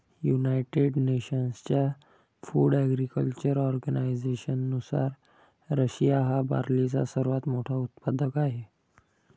United नेशन्सच्या food agriculture ऑर्गनायझेशननुसार, Russia हा बार्लीचा सर्वात मोठा उत्पादक आहे